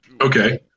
okay